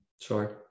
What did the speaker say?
Sure